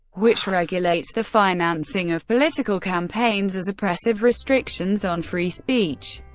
which regulates the financing of political campaigns, as oppressive restrictions on free speech.